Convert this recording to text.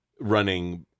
running